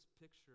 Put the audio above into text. picture